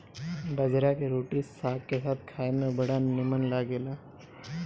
बजरा के रोटी साग के साथे खाए में बड़ा निमन लागेला